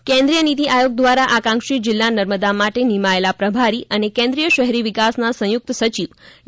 થારા કેન્દ્રિય નિતિ આયોગ દ્વારા આકાંક્ષી જીલ્લા નર્મદા માટે નિમાયેલા પ્રભારી અને કેન્દ્રિય શહેરી વિકાસના સંયુક્ત સચિવ ડી